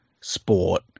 sport